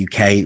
UK